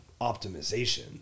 optimization